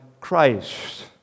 Christ